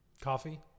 coffee